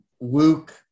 Luke